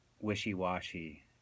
Wishy-washy